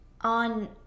On